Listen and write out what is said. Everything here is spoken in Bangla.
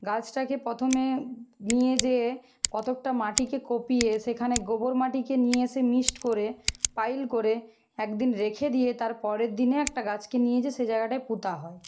গাছটাকে প্রথমে নিয়ে যেয়ে কতকটা মাটিকে কুপিয়ে সেখানে গোবর মাটিকে নিয়ে এসে মিক্সড করে পাইল করে এক দিন রেখে দিয়ে তার পরের দিনে একটা গাছকে নিয়ে যেয়ে সে জায়গাটায় পোঁতা হয়